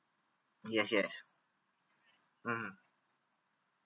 yes yes mmhmm